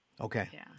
Okay